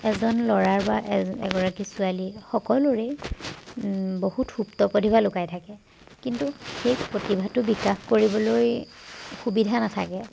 এজন ল'ৰাৰ বা এ এগৰাকী ছোৱালী সকলোৰেই বহুত সুপ্ত প্ৰাতিভা লুকাই থাকে কিন্তু সেই প্ৰতিভাটো বিকাশ কৰিবলৈ সুবিধা নাথাকে